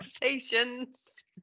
conversations